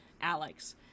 Alex